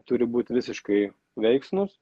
turi būt visiškai veiksnūs